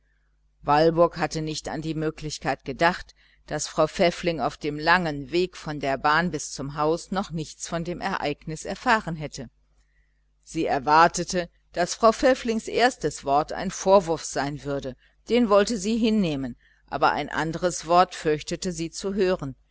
walburg hatte nicht an die möglichkeit gedacht daß frau pfäffling auf dem langen weg von der bahn bis zum haus noch nichts von dem ereignis erfahren hätte sie erwartete daß frau pfäfflings erstes wort ein vorwurf sein würde den wollte sie hinnehmen aber ein anderes wort fürchtete sie zu hören